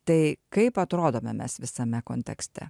tai kaip atrodome mes visame kontekste